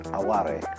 aware